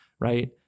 right